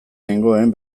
nengoen